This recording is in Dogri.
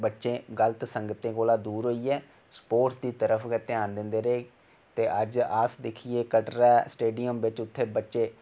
बच्चे गतल संगते कोला दूर होइयै स्पोट्रस दी तरफ गै घ्यान दिंदे रेह् ते अज्ज अस दिक्खिये कटरा स्टेड़ियम बिच्च उत्थै बी बच्चे